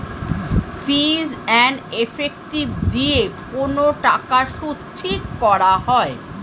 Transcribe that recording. fees and effective দিয়ে কোন টাকার সুদ ঠিক করা হয়